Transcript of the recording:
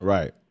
Right